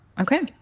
okay